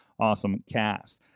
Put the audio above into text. awesomecast